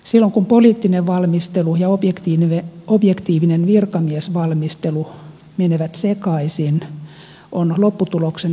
silloin kun poliittinen valmistelu ja objektiivinen virkamiesvalmistelu menevät sekaisin on lopputuloksena huonoa lainsäädäntöä